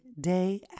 day